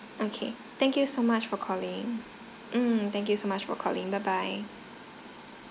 okay thank you so much for calling mm thank you so much for calling bye bye